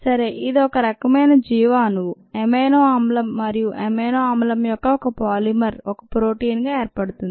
సరే ఇది ఒక రకమైన జీవ అణువు అమైనో ఆమ్లం మరియు అమైనో ఆమ్లం యొక్క ఒక పాలిమర్ ఒక ప్రోటీన్ గా ఏర్పడుతుంది